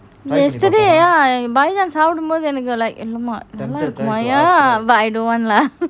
yesterday பாய் நான் சாப்பிடும் போது என்னக்கு நல்ல இருக்குமா:bhai naan sapdum bothu ennaku nalla irukuma ya but I don't want lah